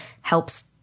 helps